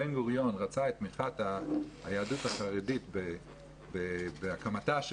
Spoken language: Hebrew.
בן גוריון רצה את תמיכת היהדות החרדית בהקמתה של